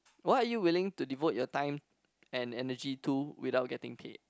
what are you willing to devote your time and energy to without getting paid